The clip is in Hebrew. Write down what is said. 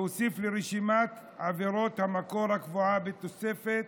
לרשימת עבירות המקור הקבועה בתוספת